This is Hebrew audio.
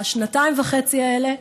בשנתיים וחצי האלה